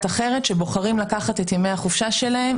אחרת שבוחרים לקחת את ימי החופשה שלהם,